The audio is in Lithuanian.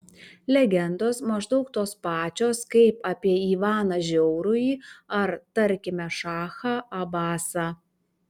legendos maždaug tos pačios kaip apie ivaną žiaurųjį ar tarkime šachą abasą